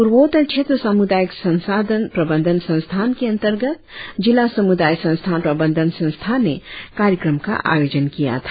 पुर्वोत्तर क्षेत्र सामुदायिक संसाधन प्रबधन संस्था के अंतर्गत जिला समुदाय संस्थान प्रबंधन संस्था ने कार्यक्रम का आयोजन किया था